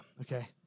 okay